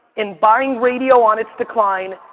in buying radio on its decline,